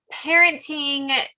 parenting